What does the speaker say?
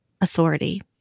authority